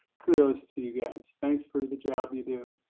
kudos to you guys. thanks for the job you do.